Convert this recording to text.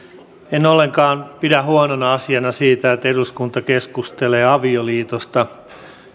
en ollenkaan pidä huonona asiana sitä että eduskunta keskustelee avioliitosta